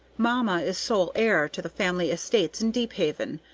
mamma is sole heir to the family estates in deephaven,